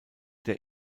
der